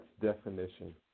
definition